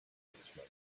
englishman